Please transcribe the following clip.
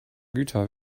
güter